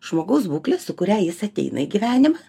žmogaus būklė su kuria jis ateina į gyvenimą